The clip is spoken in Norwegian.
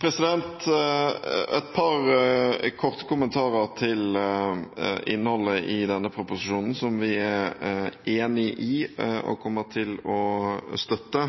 har et par korte kommentarer til innholdet i denne proposisjonen, som vi er enig i og kommer til å støtte.